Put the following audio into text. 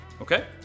Okay